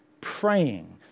praying